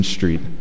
Street